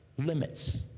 limits